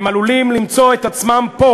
הם עלולים למצוא את עצמם פה